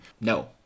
no